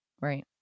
Right